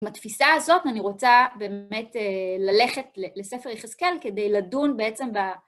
עם התפיסה הזאת אני רוצה באמת ללכת לספר יחזקאל, כדי לדון בעצם ב...